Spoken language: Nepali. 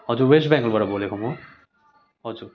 हजुर वेस्ट बेङ्गालबाट बोलेको म हजुर